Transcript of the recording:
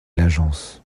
l’agence